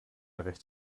recht